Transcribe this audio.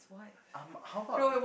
I'm how about